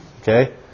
okay